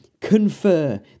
confer